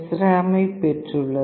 ராம் ஐப் பெற்றுள்ளது